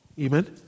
Amen